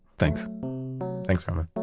thanks thanks, roman